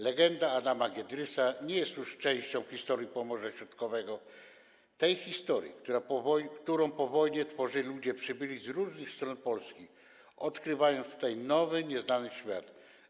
Legenda Adama Giedrysa jest już częścią historii Pomorza Środkowego - tej historii, którą po wojnie tworzyli ludzie przybyli z różnych stron Polski, odkrywając tutaj nowy, nieznany świat.